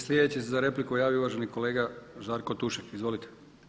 Sljedeći se za repliku javio uvaženi kolega Žarko Tušek, izvolite.